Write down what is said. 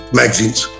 magazines